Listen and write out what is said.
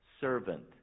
servant